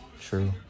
True